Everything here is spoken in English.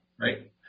right